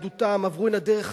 ביהדותם, עברו הנה דרך חתחתים,